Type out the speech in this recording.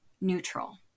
neutral